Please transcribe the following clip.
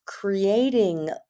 creating